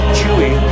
Chewy